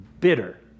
bitter